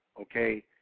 okay